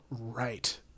right